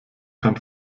kann